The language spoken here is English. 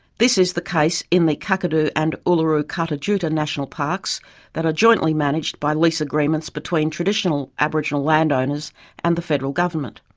this is the case in the kakadu and uluru-kata tjuta national parks that are jointly managed by lease agreements between traditional aboriginal landowners and the federal government.